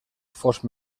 fos